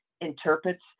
interprets